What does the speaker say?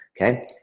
Okay